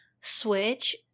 Switch